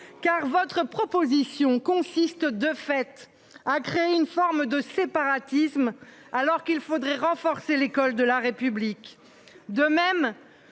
car votre proposition consiste de fait a créé une forme de séparatisme, alors qu'il faudrait renforcer l'école de la République. De même.